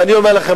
ואני אומר לכם,